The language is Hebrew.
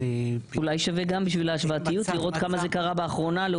אולי שווה בשביל ההשוואתיות לראות כמה זה קרה לאחרונה.